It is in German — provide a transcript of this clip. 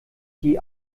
die